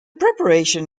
preparation